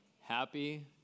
Happy